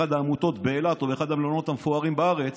אחת העמותות באילת או באחד המלונות המפוארים בארץ,